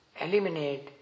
eliminate